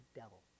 devil